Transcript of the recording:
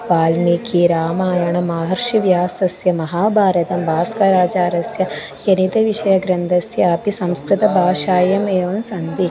वाल्मीकिरामायणम् माहर्षिः व्यासस्य महाभारतं भास्कराचार्यस्य गणितविषयग्रन्थस्यापि संस्कृतभाषायम् एवं सन्ति